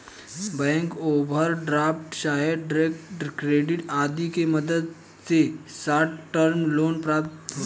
bank overdraft चाहे trade credit आदि के मदद से शॉर्ट टर्म लोन प्राप्त होला